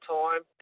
time